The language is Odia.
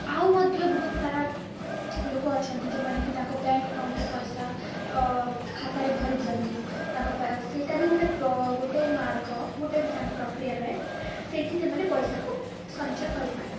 ଆଉ ମଧ୍ୟ ବହୁତ ସାରା ଲୋକ ଅଛନ୍ତି ଯୋଉମାନେ କି ତାଙ୍କ ବ୍ୟାଙ୍କ୍ ଆକାଉଣ୍ଟ୍ରେ ପଇସା ତାଙ୍କ ଖାତାରେ ଭରିଦିଅନ୍ତି ତାଙ୍କ ପ ସେଇଟା ବି ଗୋଟେ ପ୍ର ଗୋଟେ ମାର୍ଗ ଗୋଟେ ବି ତାଙ୍କ ପ୍ରକ୍ରିୟା ରହେ ସେଇଠି ସେମାନେ ପଇସାକୁ ସଞ୍ଚୟ କରିପାରନ୍ତି